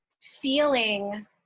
feeling